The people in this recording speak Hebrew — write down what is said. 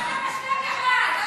מה אתה משווה בכלל?